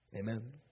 Amen